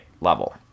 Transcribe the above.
level